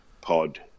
pod